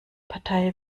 partei